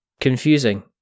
confusing